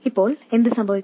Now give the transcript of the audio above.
ഇപ്പോൾ എന്ത് സംഭവിക്കും